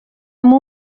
amb